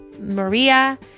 Maria